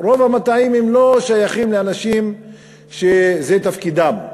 רוב המטעים לא שייכים לאנשים שזה תפקידם.